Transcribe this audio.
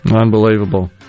Unbelievable